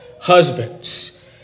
husbands